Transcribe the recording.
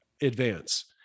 advance